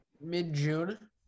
mid-June